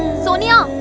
sonia,